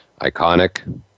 iconic